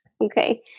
Okay